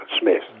Smith